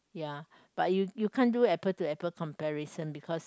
ya but you you can't do apple to apple comparison because